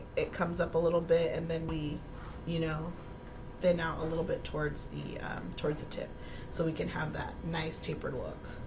it comes up a little bit and then we you know then out a little bit towards the towards a tip so we can have that nice tapered look